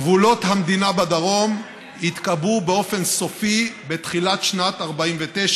גבולות המדינה בדרום התקבעו באופן סופי בתחילת שנת 1949,